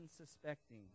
unsuspecting